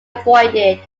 avoided